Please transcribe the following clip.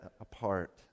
apart